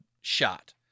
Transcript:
shot